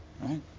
Right